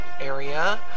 area